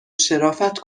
شرافت